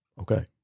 Okay